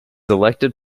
elected